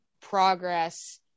progress